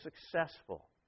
successful